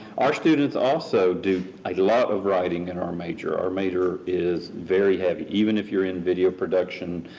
our students also do a lot of writing in our major. our major is very heavy, even if you're in video production,